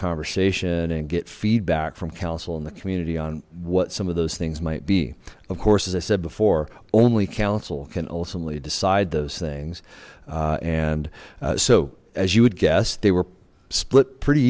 conversation and get feedback from counsel in the community on what some of those things might be of course as i said before only counsel can ultimately decide those things and so as you would guess they were split pretty